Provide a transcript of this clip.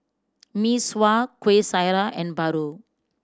Mee Sua Kuih Syara and paru